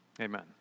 amen